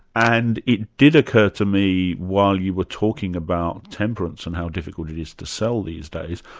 and it did occur to me while you were talking about temperance and how difficult it is to sell these days,